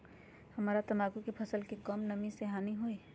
हमरा तंबाकू के फसल के का कम नमी से हानि होई?